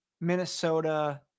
Minnesota